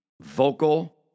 vocal